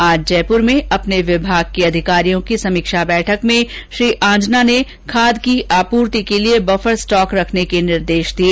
आज जयपुर में अपने विभाग के अधिकारियों की समीक्षा बैठक में श्री आंजना ने खाद की आपूर्ति के लिए बफर स्टॉक रखने के निर्देश दिए